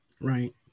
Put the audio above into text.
Right